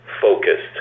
focused